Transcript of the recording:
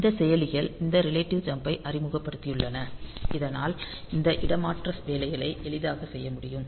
இந்த செயலிகள் இந்த ரிலேட்டிவ் ஜம்ப் ஐ அறிமுகப்படுத்தியுள்ளன இதனால் இந்த இடமாற்ற வேலைகளை எளிதாக செய்ய முடியும்